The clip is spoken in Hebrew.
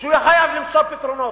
והוא חייב למצוא פתרונות,